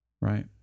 Right